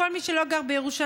כל מי שלא גר בירושלים,